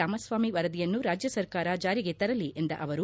ರಾಮಸ್ವಾಮಿ ವರದಿಯನ್ನು ರಾಜ್ಯ ಸರ್ಕಾರ ಜಾರಿಗೆ ತರಲಿ ಎಂದ ಅವರು